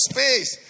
Space